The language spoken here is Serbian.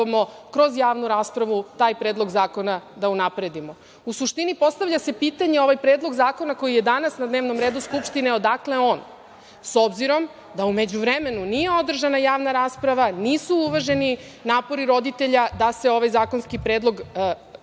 kroz javnu raspravu taj Predlog zakona da unapredimo.U suštini postavlja se pitanje, ovaj Predlog zakona koji je danas na dnevnom redu Skupštine, odakle on s obzirom da u međuvremenu nije održana javna rasprava, nisu uvaženi napori roditelja da se ovaj zakonski predlog